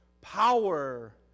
power